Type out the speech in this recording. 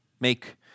make